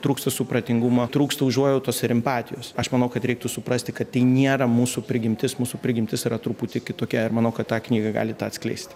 trūksta supratingumo trūksta užuojautos ir empatijos aš manau kad reiktų suprasti kad tai nėra mūsų prigimtis mūsų prigimtis yra truputį kitokia ir manau kad ta knyga gali tą atskleisti